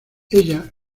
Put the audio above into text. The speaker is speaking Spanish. ella